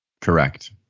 correct